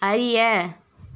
அறிய